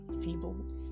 feeble